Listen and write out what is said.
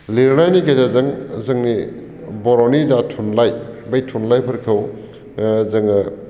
लिरनायनि गेजेरजों जोंनि बर'नि जा थुनलाइ बै थुनलाइफोरखौ जोङो